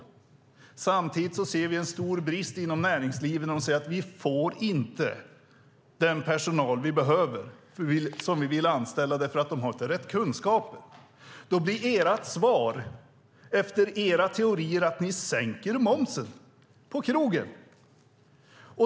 Samtidigt ser vi en stor brist inom näringslivet när de säger att de inte får den personal de behöver och vill anställa eftersom personalen inte har rätt kunskaper. Ert svar, efter era teorier, blir att sänka momsen på krogen.